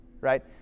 right